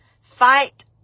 Fight